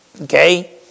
Okay